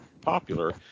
popular